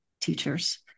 teachers